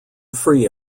free